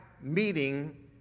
meeting